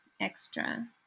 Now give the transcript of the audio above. extra